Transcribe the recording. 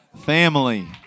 family